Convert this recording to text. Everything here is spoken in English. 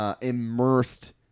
immersed